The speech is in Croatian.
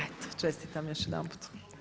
Eto, čestitam još jedanput.